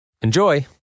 Enjoy